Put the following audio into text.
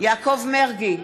יעקב מרגי,